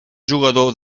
jugador